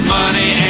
money